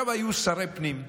עכשיו, היו שרי פנים,